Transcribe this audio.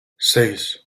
seis